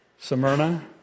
Smyrna